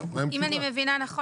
אנחנו בעמוד 13. אם אני מבינה נכון,